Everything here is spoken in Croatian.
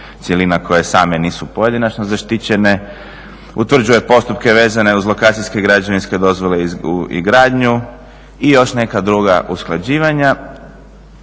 cjelina koje same nisu pojedinačno zaštićene, utvrđuje postupke vezane uz lokacijske i građevinske dozvole i gradnju i još neka druga usklađivanja.